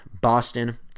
boston